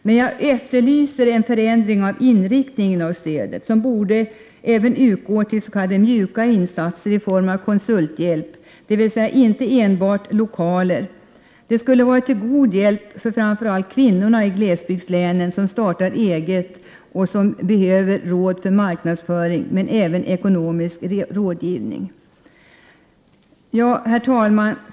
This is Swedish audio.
Men jag efterlyser en förändring av inriktningen av stödet. Det borde även utgå till s.k. mjuka insatser i form av konsulthjälp, dvs. inte enbart till lokaler. Detta skulle vara till god hjälp för framför allt de kvinnor i glesbygdslänen som startar egna företag och behöver råd för marknadsföring men även ekonomisk rådgivning. Herr talman!